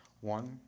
One